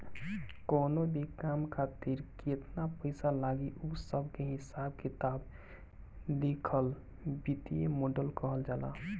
कवनो भी काम खातिर केतन पईसा लागी उ सब के हिसाब किताब लिखल वित्तीय मॉडल कहल जाला